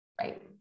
right